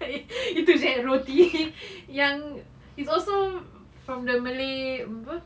itu jer eh roti yang is also from the malay apa